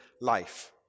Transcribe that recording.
life